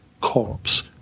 corpse